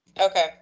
Okay